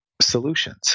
solutions